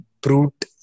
brute